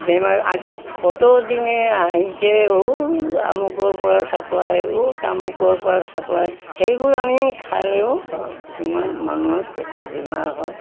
বেমাৰ আজি কত দিনে আহিছে ঔ আমুকৰ পৰা চাপ্লাই ঔ তামুকৰ পৰা চাপ্লাই সেইবোৰ আমি খালেও কিছুমান মানুহৰ পেটৰ বেমাৰ হয়